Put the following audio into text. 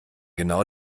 genau